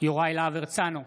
יוראי להב הרצנו,